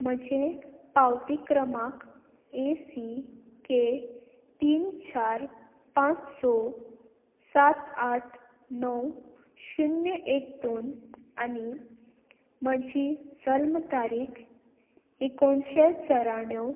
म्हजें पावती क्रमांक ए सी के तीन चार पांच स सात आठ णव शुन्य एक दोन आनी म्हजी जल्म तारीख एकोणशे चौराणव